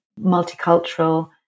multicultural